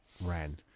ran